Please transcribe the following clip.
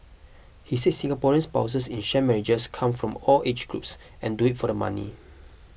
he said Singaporean spouses in sham marriages come from all age groups and do it for the money